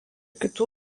kitų